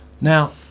Now